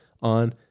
on